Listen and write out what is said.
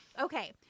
Okay